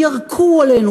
ירקו עלינו.